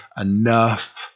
enough